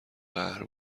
قهر